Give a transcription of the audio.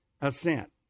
assent